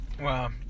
Wow